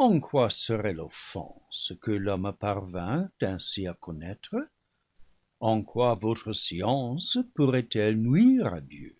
en quoi serait l'offense que l'homme parvint ainsi à connaître en quoi votre science pourrait-elle nuire à dieu